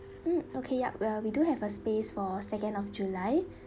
mm okay yup well we do have a space for second of july